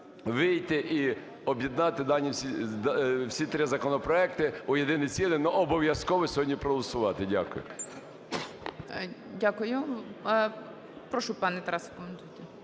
вийти і об'єднати всі три законопроекти у єдине ціле. Але обов'язково сьогодні проголосувати. Дякую. ГОЛОВУЮЧИЙ. Дякую. Прошу, пане Тарас.